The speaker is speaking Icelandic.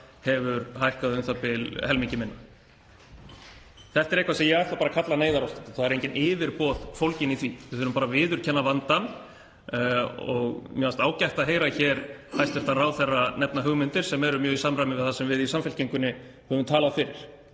hefur hækkað u.þ.b. helmingi minna. Þetta er eitthvað sem ég ætla að kalla neyðarástand. Það eru engin yfirboð fólgin í því. Við þurfum bara að viðurkenna vandann. Mér fannst ágætt að heyra hæstv. ráðherra nefna hugmyndir sem eru mjög í samræmi við það sem við í Samfylkingunni höfum talað fyrir.